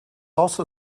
also